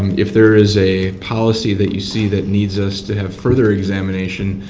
um if there is a policy that you see that needs us to have further examination,